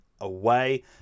away